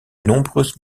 nombreuses